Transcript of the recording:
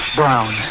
brown